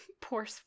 poor